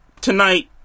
tonight